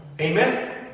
Amen